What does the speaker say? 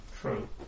True